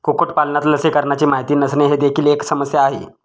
कुक्कुटपालनात लसीकरणाची माहिती नसणे ही देखील एक समस्या आहे